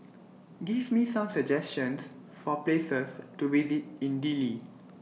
Give Me Some suggestions For Places to visit in Dili